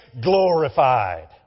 glorified